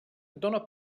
dóna